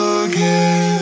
again